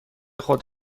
خود